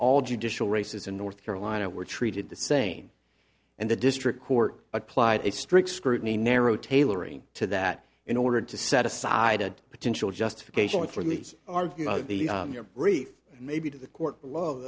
all judicial races in north carolina were treated the same and the district court applied a strict scrutiny narrow tailoring to that in order to set aside a potential justification for me are you know your brief maybe to the court love